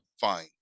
Fine